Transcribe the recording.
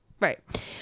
right